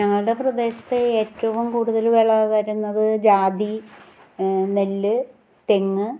ഞങ്ങളുടെ പ്രദേശത്ത് ഏറ്റവും കൂടുതൽ വിള വരുന്നത് ജാതി നെല്ല് തെങ്ങ്